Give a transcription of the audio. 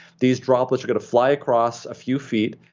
these droplets are going to fly across a few feet,